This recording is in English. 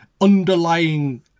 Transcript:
underlying